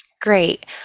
Great